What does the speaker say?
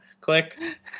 click